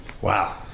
Wow